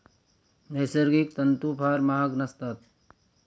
नैसर्गिक तंतू फार महाग नसतात